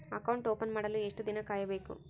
Account open ಮಾಡಲು ಎಷ್ಟು ದಿನ ಕಾಯಬೇಕು?